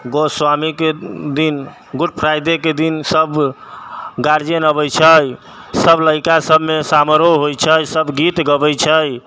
गोस्वामीके दिन good Friday के दिन सब गार्जियन अबै छै सब लड़िका सबमे समारोह होइ छै सब गीत गबै छै